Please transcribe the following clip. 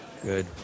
good